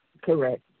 Correct